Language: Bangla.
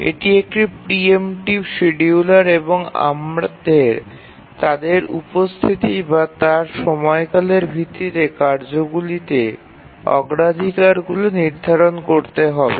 এটি একটি প্রি এমটিভ শিডিয়ুলার এবং আমাদের তাদের উপস্থিতি বা তার সময়কালের ভিত্তিতে কার্যগুলিতে অগ্রাধিকারগুলি নির্ধারণ করতে হবে